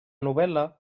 novel·la